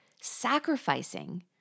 sacrificing